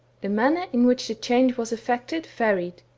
the manner in which the change was eflfected, varied.